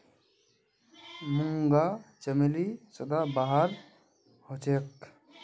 मूंगा चमेली सदाबहार हछेक